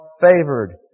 favored